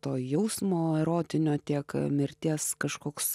to jausmo erotinio tiek mirties kažkoks